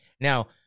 Now